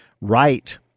right